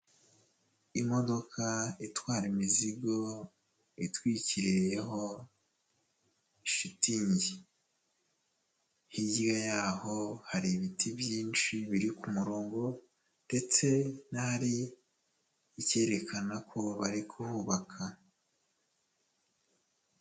Imodoka itwara imizigo itwikiriyeho shitingi, hirya y'aho hari ibiti byinshi biri ku murongo ndetse n'ahari ikekana ko bari kubaka.